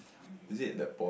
is it the point